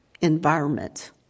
environment